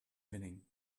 evening